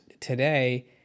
today